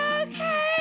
okay